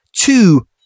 two